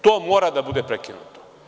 To mora da bude prekinuto.